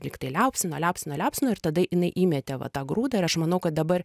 lygtai liaupsino liaupsino liaupsino ir tada jinai įmetė va tą grūdą ir aš manau kad dabar